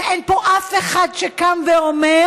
שאין פה אף אחד שקם ואומר: